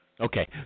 Okay